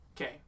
Okay